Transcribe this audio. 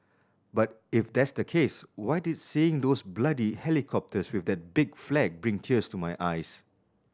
but if that's the case why did seeing those bloody helicopters with that big flag bring tears to my eyes